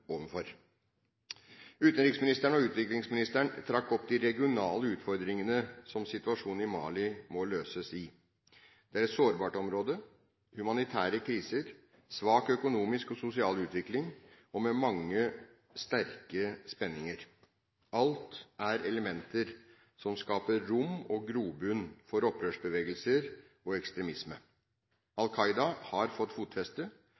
overfor. Utenriksministeren og utviklingsministeren trakk opp de regionale utfordringene som situasjonen i Mali må løses i. Det er et sårbart område med humanitære kriser, svak økonomisk og sosial utvikling og mange sterke spenninger. Alt er elementer som skaper rom og grobunn for opprørsbevegelser og ekstremisme. Al Qaida har fått fotfeste.